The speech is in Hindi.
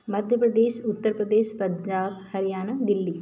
मध्य प्रदेश उत्तर प्रदेश पंजाब हरियाणा दिल्ली